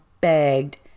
begged